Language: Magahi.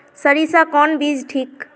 सरीसा कौन बीज ठिक?